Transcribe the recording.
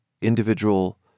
individual